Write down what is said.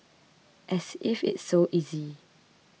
as if it's so easy